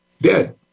dead